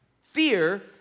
Fear